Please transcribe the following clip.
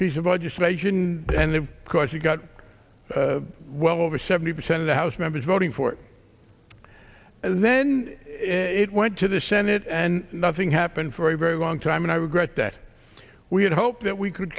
piece of legislation and of course you've got well over seventy percent of the house members voting for it and then it went to the senate and nothing happened for a very long time and i regret that we had hoped that we could